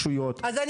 בסדר, אז אני